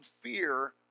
fear